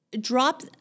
Drop